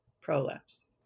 prolapse